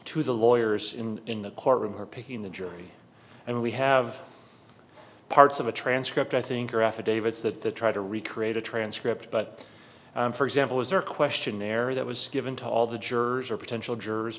to the lawyers in in the courtroom her picking the jury and we have parts of a transcript i think are affidavits that the try to recreate a transcript but for example is there a questionnaire that was given to all the jurors or potential jurors